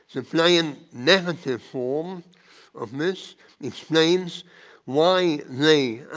the pliant negative form of this explains why they